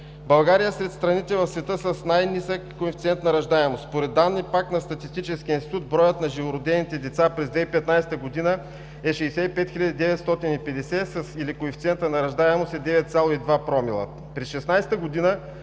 България е сред страните в света с най-нисък коефициент на раждаемост. Според данни на Статистическия институт броят на живородените деца през 2015 г. е 65 950 или коефициентът на раждаемост е 9,2 промила.